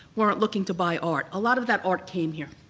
weren't looking to buy art. a lot of that art came here.